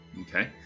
Okay